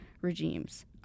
regimes